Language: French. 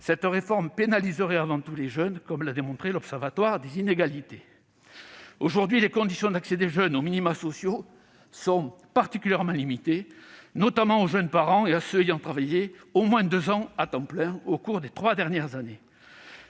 cette réforme pénaliserait avant tout les jeunes, comme l'a démontré l'Observatoire des inégalités. Aujourd'hui, les conditions d'accès des jeunes aux minima sociaux sont particulièrement limitées, notamment aux jeunes parents et à ceux ayant travaillé au moins deux ans à temps plein au cours des trois dernières années.